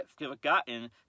forgotten